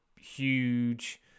huge